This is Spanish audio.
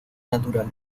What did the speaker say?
natural